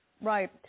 Right